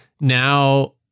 now